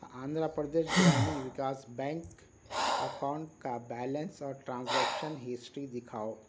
Andhra Pradesh Grameen Vikas bank account کا balance اور transaction history دِکھاؤ